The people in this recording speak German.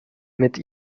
mit